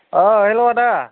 ओ हेलौ आदा